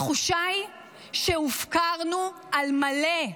התחושה היא שהופקרנו על מלא.